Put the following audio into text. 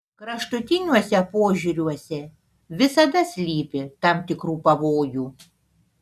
kraštutiniuose požiūriuose visada slypi tam tikrų pavojų